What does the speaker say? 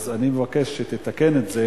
אז אני מבקש שתתקן את זה.